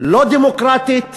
לא דמוקרטית